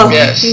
yes